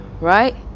right